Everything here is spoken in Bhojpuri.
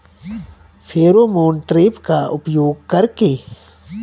फेरोमोन ट्रेप का उपयोग कर के?